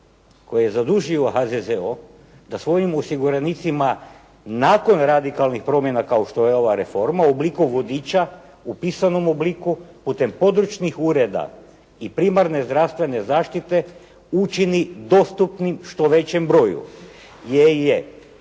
koji je zadužio HZZO da svojim osiguranicima nakon radikalnih promjena kao što je ova reforma u obliku vodiča u pisanom obliku putem područnih ureda i primarne zdravstvene zaštite učini dostupnim što većem broju